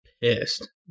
pissed